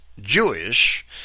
Jewish